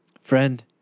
friend